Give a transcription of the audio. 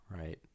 Right